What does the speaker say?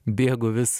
bėgu vis